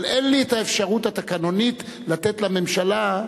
אבל אין לי האפשרות התקנונית לתת לממשלה,